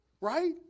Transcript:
right